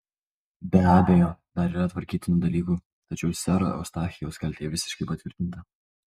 be abejo dar yra tvarkytinų dalykų tačiau sero eustachijaus kaltė visiškai patvirtinta